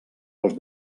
dels